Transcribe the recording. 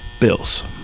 Bills